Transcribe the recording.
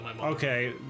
Okay